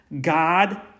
God